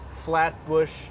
Flatbush